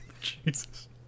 Jesus